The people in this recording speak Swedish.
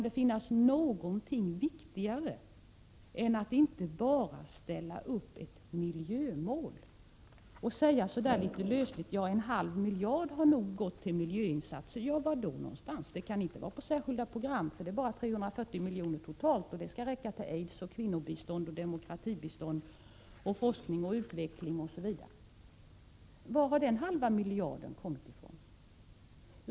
Det räcker inte att bara ställa upp ett miljömål och säga litet lösligt: Ja, en halv miljard har nog gått till miljöinsatser. Var någonstans? Det kan inte ingå i Särskilda program, för den medelsramen omfattar bara 340 milj.kr. totalt, och det skall räcka till kampen mot aids, till kvinnobistånd, till demokratibistånd, forskning och utveckling, osv. Varifrån har den halva miljarden kommit?